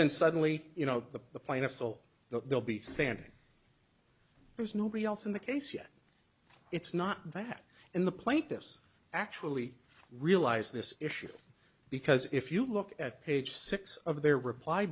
then suddenly you know the plaintiff so they'll be standing there's nobody else in the case yet it's not that in the plaintiffs actually realize this issue because if you look at page six of their reply